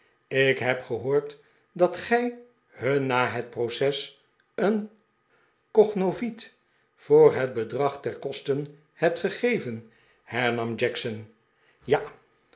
ik heb gehoord dat gij nun na het proces een cognovit x voor het bedxag der kosten hebt gegeven hernam jackson ja